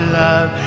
love